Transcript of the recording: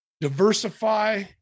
diversify